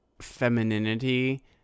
femininity